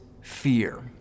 fear